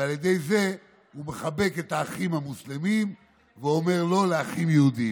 ועל ידי זה הוא מחבק את האחים המוסלמים ואומר לא לאחים יהודים.